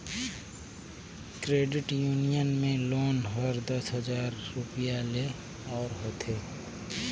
credit union में loan हर दस हजार रूपिया ले ओर होथे